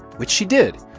which she did.